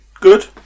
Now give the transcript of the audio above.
Good